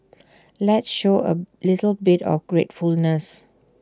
let's show A little bit of gratefulness